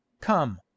come